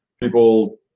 people